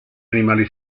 animali